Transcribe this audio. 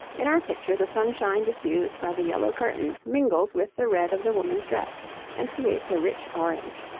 in our picture the sunshine diffused by the yellow curtains mingles with the red of the woman's dress and creates a rich orange.